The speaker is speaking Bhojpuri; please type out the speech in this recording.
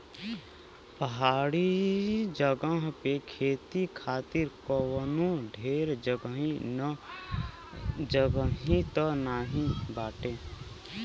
पहाड़ी जगह पे खेती खातिर कवनो ढेर जगही त नाही बाटे